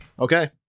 Okay